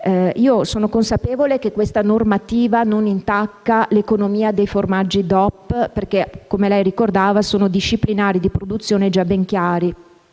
Sono consapevole che questa normativa non intacca l'economia dei formaggi DOP perché, come lei ricordava, vi sono disciplinari di produzione già ben chiari